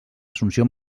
assumpció